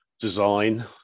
design